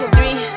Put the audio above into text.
Three